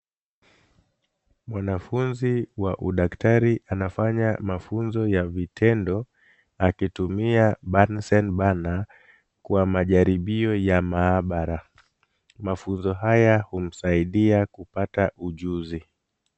Mwanafunzi wa udaktari anafanya mafunzo ya vitendo akitumia burnsen burner kwa majaribio ya maabara. Mafunzo haya humsaidia kupata ujuzi.